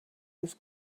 was